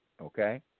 Okay